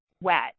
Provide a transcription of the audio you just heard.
wet